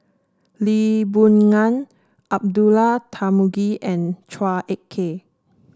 Lee Boon Ngan Abdullah Tarmugi and Chua Ek Kay